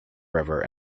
river